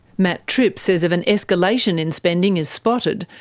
matt tripp says if an escalation in spending is spotted,